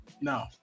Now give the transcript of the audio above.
No